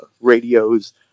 radios